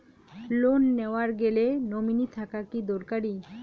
Loan নেওয়ার গেলে nominee থাকা কি দরকারী?